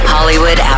Hollywood